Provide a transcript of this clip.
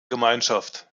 gemeinschaft